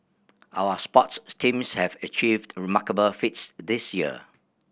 our sports teams have achieved remarkable feats this year